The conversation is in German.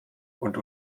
und